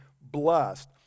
blessed